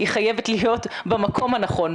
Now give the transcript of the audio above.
היא חייבת להיות במקום הנכון,